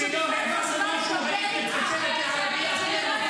כשלא העברנו משהו היית מתקשרת לערבים.